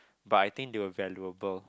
but I think they were valuable